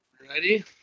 Ready